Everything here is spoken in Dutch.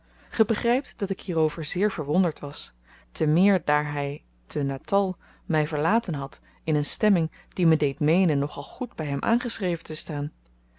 ge begrypt dat ik hierover zeer verwonderd was te meer daar hy te natal my verlaten had in een stemming die me deed meenen nogal goed by hem aangeschreven te staan